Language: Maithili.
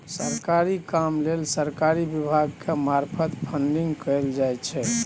सरकारी काम लेल सरकारी विभाग के मार्फत फंडिंग कएल जाइ छै